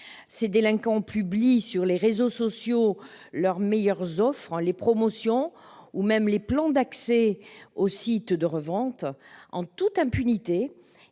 Ces délinquants publient, sur les réseaux sociaux, leurs meilleures offres, leurs promotions ou encore des plans d'accès aux sites de revente ... En toute impunité,